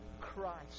Christ